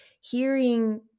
hearing